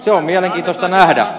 se on mielenkiintoista nähdä